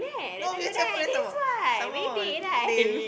no mutual friend some more some more lame